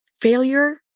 failure